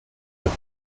have